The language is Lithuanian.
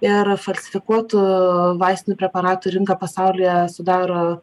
ir falsifikuotų vaistinių preparatų rinką pasaulyje sudaro